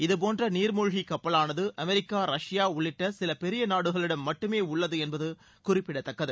இதபோன்ற நீர்மூழ்கி கப்பலானது அமெரிக்கா ரஷ்யா உள்ளிட்ட சில பெரிய நாடுகளிடம் மட்டுமே உள்ளது என்பது குறிப்பிடத்தக்கது